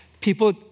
people